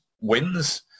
wins